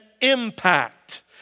impact